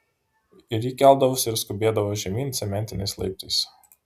ir ji keldavosi ir skubėdavo žemyn cementiniais laiptais